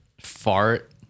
fart